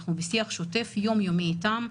אנחנו בשיח שוטף יומיומי איתם.